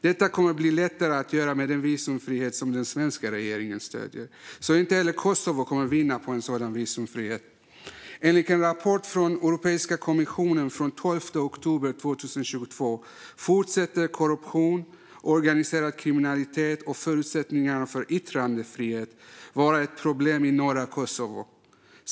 Detta kommer att bli lättare att göra med den visumfrihet som den svenska regeringen stöder, så inte heller Kosovo kommer att vinna på en sådan visumfrihet. Enligt en rapport från Europeiska kommissionen från den 12 oktober 2022 fortsätter korruption, organiserad kriminalitet och förutsättningarna för yttrandefrihet att vara ett problem i norra Kosovo.